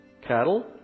cattle